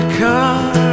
car